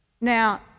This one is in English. Now